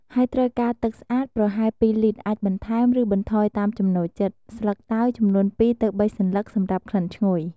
ហើយត្រូវការទឹកស្អាត ប្រហែល ២ លីត្រ អាចបន្ថែម ឬបន្ថយតាមចំណូលចិត្ត, ស្លឹកតើយចំនួន ២ ទៅ ៣ សន្លឹក សម្រាប់ក្លិនឈ្ងុយ។